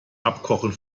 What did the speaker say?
abkochen